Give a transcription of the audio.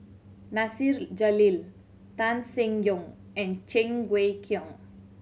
Nasir Jalil Tan Seng Yong and Cheng Wai Keung